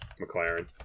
McLaren